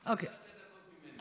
תן לה שתי דקות ממני,